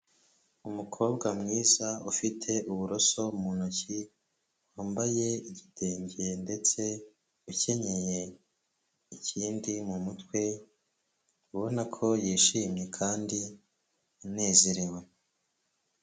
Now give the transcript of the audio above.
Umukobwa mwiza ufite uburoso mu ntoki ,wambaye igitenge ndetse ukenye ikindi mu mutwe, ubona ko yishimye kandi anezerewe.